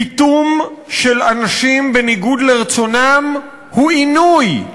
פיטום של אנשים בניגוד לרצונם הוא עינוי,